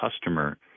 customer